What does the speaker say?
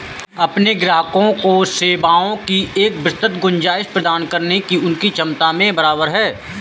अपने ग्राहकों को सेवाओं की एक विस्तृत गुंजाइश प्रदान करने की उनकी क्षमता में बराबर है